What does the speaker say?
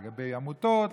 לגבי עמותות,